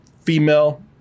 female